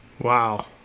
Wow